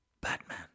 Batman